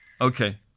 Okay